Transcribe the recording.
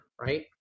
Right